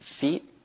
feet